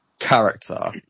character